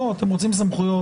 אתם רוצים סמכויות,